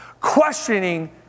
Questioning